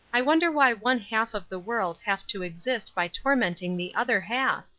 i wonder why one-half of the world have to exist by tormenting the other half?